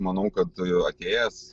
manau kad atėjęs